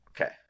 Okay